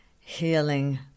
healing